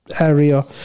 area